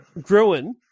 Gruen